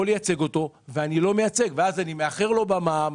לייצג אותו ואני לא מייצג ואז אני מאחר לו במע"מ,